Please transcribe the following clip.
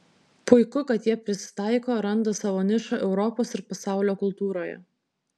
puiku kad jie prisitaiko randa savo nišą europos ir pasaulio kultūroje